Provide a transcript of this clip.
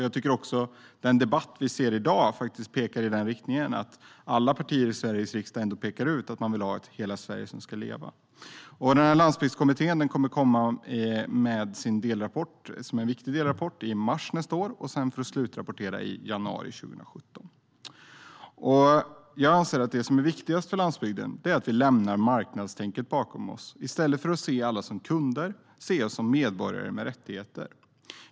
Jag tycker också att den debatt vi har i dag pekar i riktningen att alla partier i Sveriges riksdag pekar ut att man vill att hela Sverige ska leva. Landsbygdskommittén kommer med en viktig delrapport i mars nästa år, för att slutrapportera i januari 2017. Jag anser att det som är viktigast för landsbygden är att vi lämnar marknadstänket bakom oss och i stället för att se alla som kunder ser oss som medborgare med rättigheter.